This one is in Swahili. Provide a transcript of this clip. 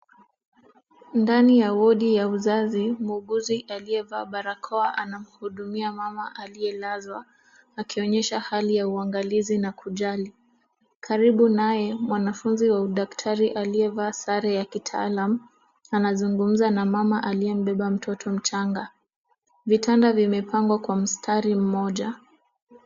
Ndani ya wodi ya uzazi. Muuguzi aliyevaa barakoa anamhudumia mama aliyelazwa akionyesha hali ya uangalizi na kujali. Karibu naye, mwanafunzi wa udaktari aliyevaa sare ya kitaalamu anazungumza na mama aliyebeba mtoto mchanga. Vitanda vimepangwa kwa mstari mmoja.